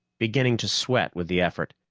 beginning to sweat with the effort.